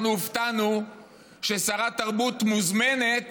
אנחנו הופתענו ששרת התרבות מוזמנת